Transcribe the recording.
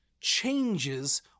changes